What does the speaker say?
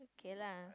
okay lah